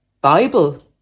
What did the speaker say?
Bible